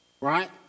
right